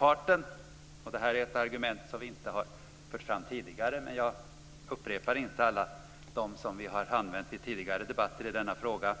Jag tar nu upp ett argument som vi inte har fört fram tidigare, men jag upprepar inte alla de argument som vi har använt i tidigare debatter i denna fråga.